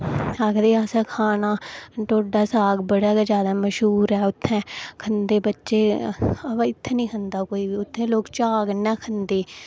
आखदे असें खाना ढोडा साग बड़ा ज्यादा मश्हूर ऐ खंदे बच्चे इत्थै कोई बी नेईं खंदे उत्थै सब खंदे